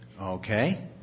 Okay